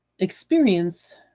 experience